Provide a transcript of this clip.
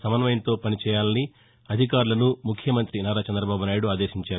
సమన్వయంతో పనిచేయాలని అధికారులను ముఖ్యమంత్రి నారా చంద్రబాబు నాయుడు ఆదేశించారు